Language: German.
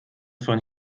von